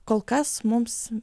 kol kas mums